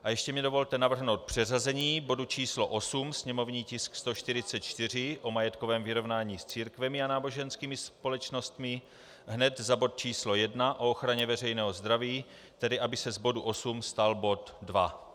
A ještě mi dovolte navrhnout přeřazení bodu číslo 8, sněmovní tisk 144, o majetkovém vyrovnání s církvemi a náboženskými společnostmi, hned za bod číslo 1 o ochraně veřejného zdraví, tedy aby se z bodu 8 stal bod 2.